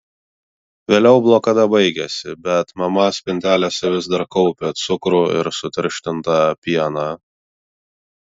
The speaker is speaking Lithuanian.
vėliau blokada baigėsi bet mama spintelėse vis dar kaupė cukrų ir sutirštintą pieną